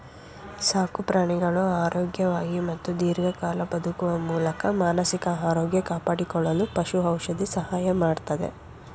ಸಾಕುಪ್ರಾಣಿಗಳು ಆರೋಗ್ಯವಾಗಿ ಮತ್ತು ದೀರ್ಘಕಾಲ ಬದುಕುವ ಮೂಲಕ ಮಾನಸಿಕ ಆರೋಗ್ಯ ಕಾಪಾಡಿಕೊಳ್ಳಲು ಪಶು ಔಷಧಿ ಸಹಾಯ ಮಾಡ್ತದೆ